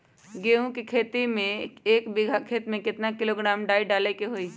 गेहूं के खेती में एक बीघा खेत में केतना किलोग्राम डाई डाले के होई?